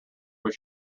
was